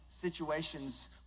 situations